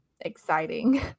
exciting